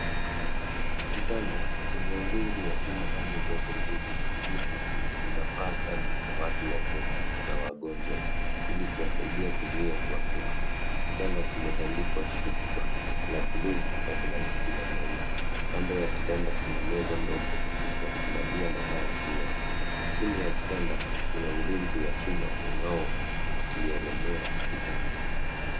Kitanda chenye ulinzi wa chuma pande zote mbili. Ulinzi huu unafaa sana kwa watu wazee na wagonjwa, ili kuwasaidia kuzuia kuanguka. Kitanda kimetandikwa shuka la bluu na blanketi la maua. Kando ya kitanda kuna meza ndogo, ya kulalia na taa juu yake. Chini ya kitanda kuna ulinzi wa chuma, unao kielemea kitanda.